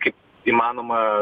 kaip įmanoma